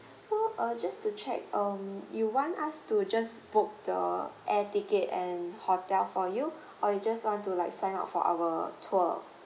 so err just to check um you want us to just book the air ticket and hotel for you or you just want to like sign up for our tour